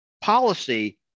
policy